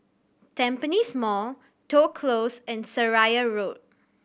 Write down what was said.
Tampines Mall Toh Close and Seraya Road